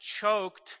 choked